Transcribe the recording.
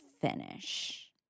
finish